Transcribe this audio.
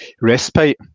respite